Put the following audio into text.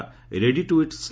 ରା ରେଡିଟୁ ଇଟ୍ ସ୍